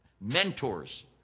mentors